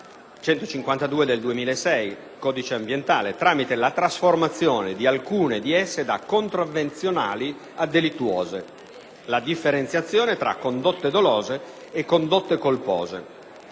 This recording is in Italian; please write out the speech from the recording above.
152 (codice ambientale), tramite la trasformazione di alcune di esse da contravvenzionali a delittuose (la differenziazione tra condotte dolose e condotte colpose).